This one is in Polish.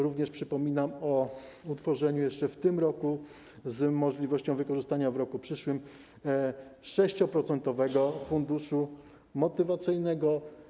Również przypominam o utworzeniu jeszcze w tym roku, z możliwością wykorzystania w roku przyszłym, 6-procentowego funduszu motywacyjnego.